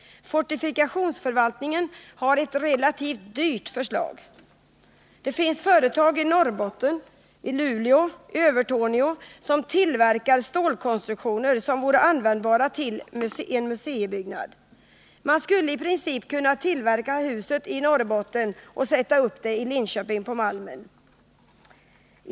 Fortifikationsförvaltningen har ett relativt dyrt förslag. Det finns företag i Norrbotten, i Luleå och Övertorneå, som tillverkar stålkonstruktioner som vore användbara till en museibyggnad. Man skulle i princip kunna tillverka huset i Norrbotten och sätta upp det i Linköping på Malmen.